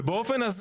ובאופן,